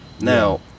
now